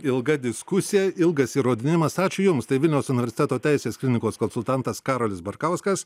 ilga diskusija ilgas įrodinėjimas ačiū jums tai vilniaus universiteto teisės klinikos konsultantas karolis barkauskas